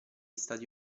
stati